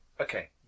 okay